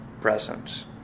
presence